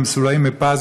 המסולאים בפז,